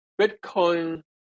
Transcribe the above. Bitcoin